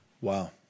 Wow